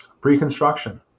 Pre-construction